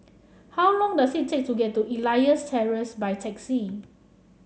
how long does it take to get to Elias Terrace by taxi